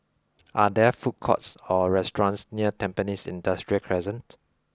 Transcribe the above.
are there food courts or restaurants near Tampines Industrial Crescent